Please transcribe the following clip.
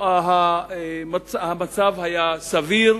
המצב היה סביר,